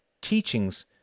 teachings